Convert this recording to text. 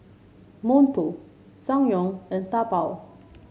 Monto Ssangyong and Taobao